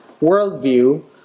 worldview